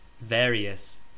Various